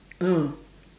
oh